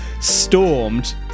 stormed